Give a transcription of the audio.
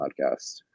podcast